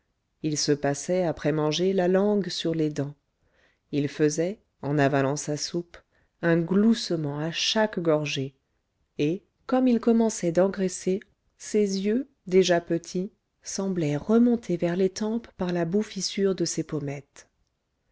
il se passait après manger la langue sur les dents il faisait en avalant sa soupe un gloussement à chaque gorgée et comme il commençait d'engraisser ses yeux déjà petits semblaient remontés vers les tempes par la bouffissure de ses pommettes